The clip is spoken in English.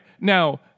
Now